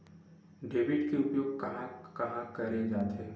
Debit के उपयोग कहां कहा करे जाथे?